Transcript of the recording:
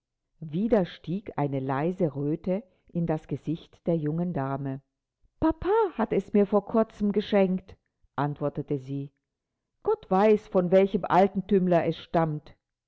wieder stieg eine leise röte in das gesicht der jungen dame papa hat es mir vor kurzem geschenkt antwortete sie gott weiß von welchem altertümler es stammt